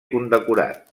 condecorat